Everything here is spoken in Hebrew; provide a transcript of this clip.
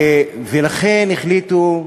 ולכן החליטו,